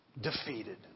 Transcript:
defeated